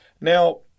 Now